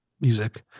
music